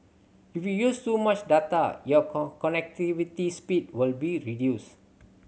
if you use too much data your connectivity speed will be reduced